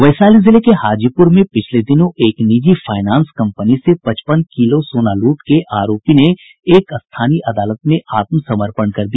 वैशाली जिले के हाजीपुर में पिछले दिनों एक निजी फायनांस कंपनी से पचपन किलो सोना लूट के एक आरोपी ने कल एक स्थानीय अदालत में आत्मसमर्पण कर दिया